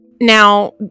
now